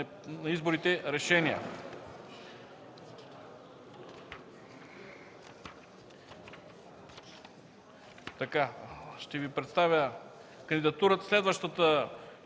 на изборите решения.